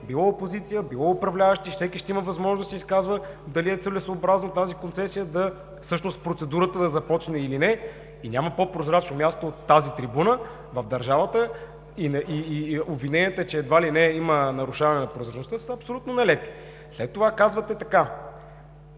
било опозиция, било управляващи, всеки ще има възможност да се изказва дали е целесъобразно процедурата да започне или не. Няма по-прозрачно място от тази трибуна в държавата и обвиненията, че едва ли не има нарушаване на прозрачността, са абсолютно нелепи. След това казвате така: